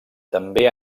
també